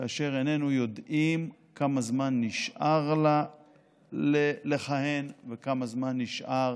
כאשר איננו יודעים כמה זמן נשאר לה לכהן וכמה זמן נשאר